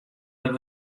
der